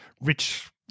rich